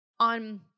on